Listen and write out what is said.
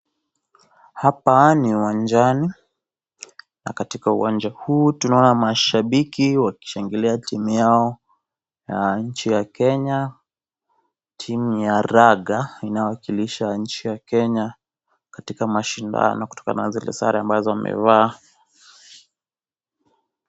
Hapa ni uwanjani, na katika uwanja huu tunaona mashabiki wakishangilia timu yao ya nchi ya Kenya, timu ya raga inawakilisha nchi ya Kenya katika mashindano kutokana na zile sare ambazo wamevaa.